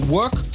work